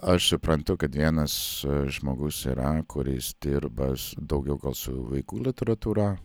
aš suprantu kad vienas žmogus yra kuris dirba s daugiau gal su vaikų literatūra